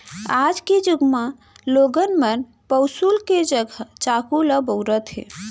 आज के जुग म लोगन मन पौंसुल के जघा चाकू ल बउरत हें